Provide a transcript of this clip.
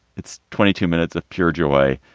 it's twenty two minutes of pure joy.